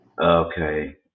Okay